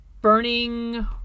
burning